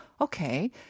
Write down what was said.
Okay